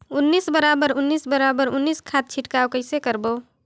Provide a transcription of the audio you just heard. उन्नीस बराबर उन्नीस बराबर उन्नीस खाद छिड़काव कइसे करबो?